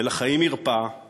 ולחיים ירפא /